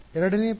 ಎರಡನೇ ಪದ